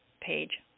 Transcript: page